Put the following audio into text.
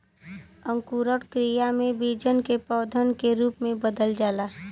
अंकुरण क्रिया में बीजन के पौधन के रूप में बदल जाला